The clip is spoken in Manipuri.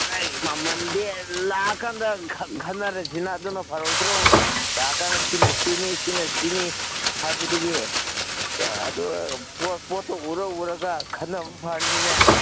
ꯑꯦ ꯃꯃꯜꯗꯤ ꯂꯥꯛꯑ ꯀꯥꯟꯗ ꯈꯟꯅꯔꯁꯤꯅ ꯑꯗꯨꯅ ꯐꯔꯣꯏꯗ꯭ꯔꯣ ꯂꯥꯛꯑ ꯀꯥꯟꯗ ꯁꯤꯅ ꯁꯤꯅꯤ ꯁꯤꯅ ꯁꯤꯅꯤ ꯍꯥꯏꯕꯗꯨꯒꯤ ꯑꯗꯨ ꯄꯣꯠꯇꯨ ꯎꯔ ꯎꯔꯒ ꯈꯟꯅꯕ ꯐꯅꯤꯅꯦ